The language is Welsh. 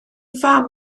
fam